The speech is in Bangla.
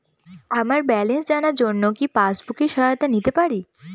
আমার ব্যালেন্স জানার জন্য কি পাসবুকের সহায়তা নিতে পারি?